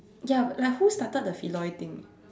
ya like who started the Feloy thing